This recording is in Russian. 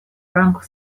рамках